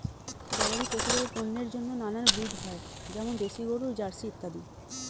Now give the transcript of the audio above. গবাদি পশুদের পণ্যের জন্য নানান ব্রিড হয়, যেমন দেশি গরু, জার্সি ইত্যাদি